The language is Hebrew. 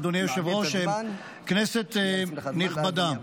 אדוני היושב-ראש, כנסת נכבדה,